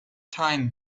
time